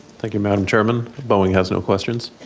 thank you, madam chairman. boeing has no questions.